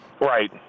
Right